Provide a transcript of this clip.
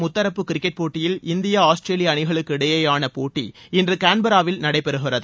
முத்தாப்பு cricket போட்டியில் India Australia அணிகளுக்கு இடையேயாள போட்டி இன்று கான்பராவில் நடைபெறுகிறது